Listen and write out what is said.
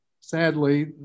sadly